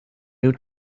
new